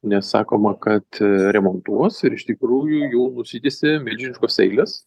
nes sakoma kad remontuos ir iš tikrųjų jau nusitiesė milžiniškos eilės